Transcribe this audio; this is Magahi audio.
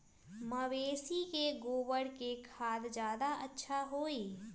मवेसी के गोबर के खाद ज्यादा अच्छा होई?